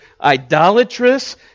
idolatrous